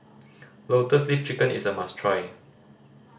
Lotus Leaf Chicken is a must try